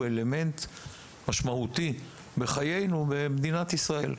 אלמנט משמעותי בחיינו במדינת ישראל.